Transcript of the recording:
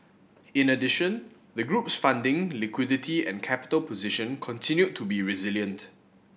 in addition the group's funding liquidity and capital position continued to be resilient